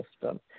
system